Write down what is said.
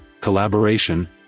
collaboration